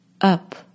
Up